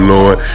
Lord